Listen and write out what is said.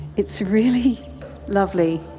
it's really lovely.